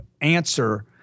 answer